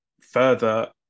further